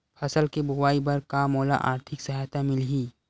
फसल के बोआई बर का मोला आर्थिक सहायता मिलही?